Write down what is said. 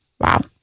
Wow